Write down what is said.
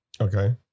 Okay